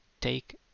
Take